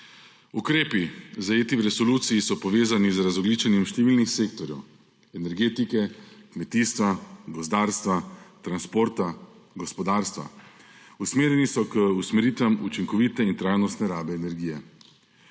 Ukrepi, zajeti v resoluciji, so povezani z razogljičenjem številnih sektorjev – energetike, kmetijstva, gozdarstva, transporta, gospodarstva. Usmerjeni so k usmeritvam učinkovite in trajnostne rabe energije.